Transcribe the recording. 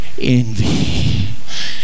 Envy